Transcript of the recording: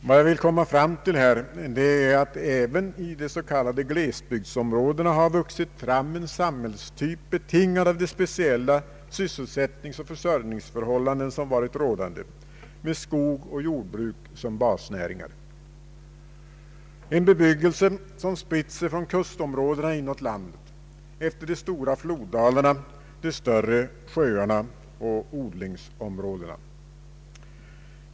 Vad jag vill komma fram till är att även i de s.k. glesbygdsområdena vuxit fram en samhällstyp betingad av de speciella sysselsättningsoch försörjningsförhållanden som varit rådande, med skog och jordbruk som basnäringar och med en bebyggelse som spritt sig från kustområdena inåt landet, efter de stora floderna, de större sjöarna och odlingsområdena.